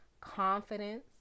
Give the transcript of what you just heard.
confidence